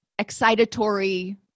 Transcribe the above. excitatory